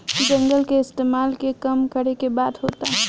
जंगल के इस्तेमाल के कम करे के बात होता